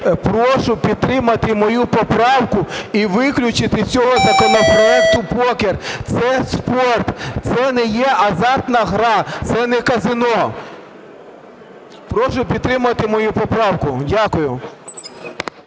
Прошу підтримати мою поправку і виключити з цього законопроекту покер – це спорт, це не є азартна гра, це не казино. Прошу підтримати мою поправку. Дякую.